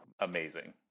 amazing